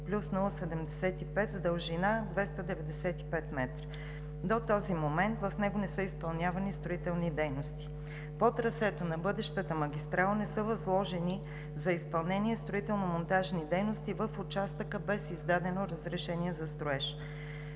127+075 с дължина 295 м. До този момент в него не са изпълнявани строителни дейности. По трасето на бъдещата магистрала не са възложени за изпълнение строително-монтажни дейности в участъка без издадено разрешение за строеж.